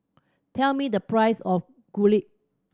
tell me the price of Kulfi